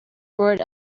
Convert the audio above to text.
roared